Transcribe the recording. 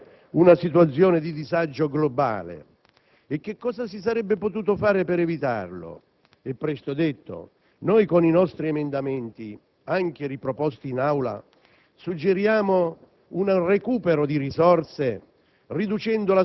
Sono 67: è evidente che avrebbero generato una situazione di disagio globale. Cosa si sarebbe potuto fare per evitarlo? È presto detto. Noi con i nostri emendamenti riproposti anche